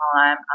time